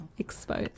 Exposed